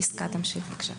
יסכה תמשיך, בבקשה.